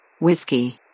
Whiskey